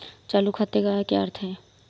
चालू खाते का क्या अर्थ है?